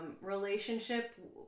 relationship